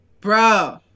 Bro